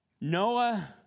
Noah